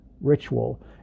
ritual